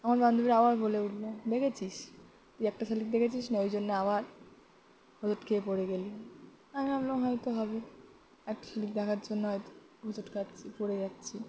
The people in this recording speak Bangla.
আমার বান্ধবীরা আবার বলে উঠল দেখেছিস তুই একটা শালিক দেখেছিস না ওই জন্যে আবার হোঁচট খেয়ে পড়ে গেলি আমি ভাবলাম হয়তো হবে একটা শালিক দেখার জন্য হয়তো হোঁচট খাচ্ছি পড়ে যাচ্ছি